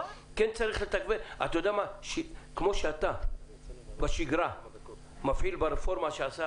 כמו שאתה בשגרה מפעיל ברפורמה שעשה